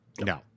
No